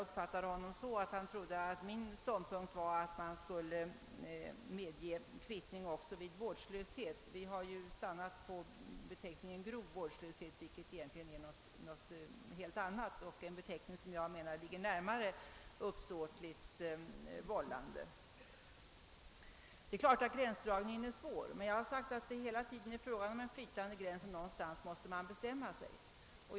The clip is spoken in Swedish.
Jag uppfattade honom så, att han trodde att min ståndpunkt var att kvittning skulle medges även vid vårdslöshet. Vi har emellertid stannat vid beteckningen »grov vårdslöshet«, vilket är någonting helt annat och som är en beteckning som jag menar ligger närmare uppsåtligt handlande. Det är klart att gränsdragningen är svår, men jag har sagt, att det hela tiden är frågan om en flytande gräns, och någonstans måste man bestämma sig.